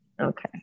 Okay